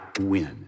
win